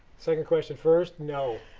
second question first, no.